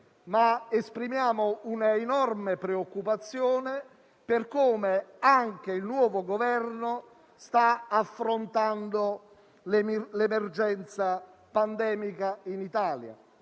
Esprimiamo però enorme preoccupazione per come anche il nuovo Governo sta affrontando l'emergenza pandemica in Italia: